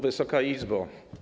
Wysoka Izbo!